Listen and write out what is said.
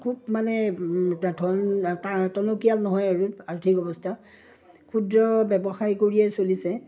খুব মানে ধন টনকিয়াল নহয় আৰু আৰ্থিক অৱস্থা ক্ষুদ্ৰ ব্যৱসায় কৰিয়ে চলিছে